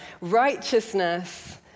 righteousness